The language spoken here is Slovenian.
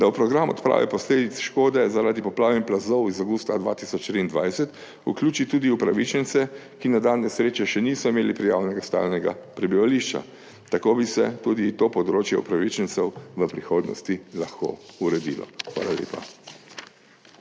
da v program odprave posledic škode zaradi poplav in plazov iz avgusta 2023 vključi tudi upravičence, ki na dan nesreče še niso imeli prijavljenega stalnega prebivališča. Tako bi se tudi to področje upravičencev v prihodnosti lahko uredilo. Hvala lepa.